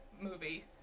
movie